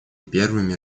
первыми